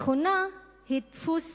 תכונה היא דפוס